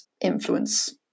influence